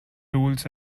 tools